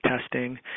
testing